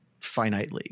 finitely